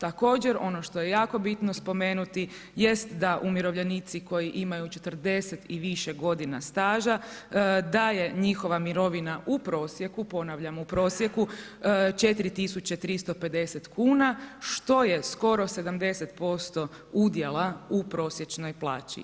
Također ono što je jako bitno spomenuti jest da umirovljenici koji imaju 40 i više godina staža, da je njihova mirovina u prosjeku, ponavljam u prosjeku, 4.350 kuna što je skoro 70% udjela u prosječnoj plaći.